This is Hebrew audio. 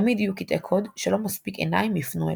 תמיד יהיו קטעי קוד שלא מספיק עיניים יופנו אליהם.